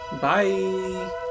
bye